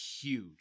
huge